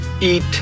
Eat